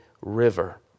river